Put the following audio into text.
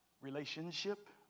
Relationship